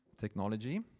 Technology